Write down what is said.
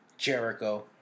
Jericho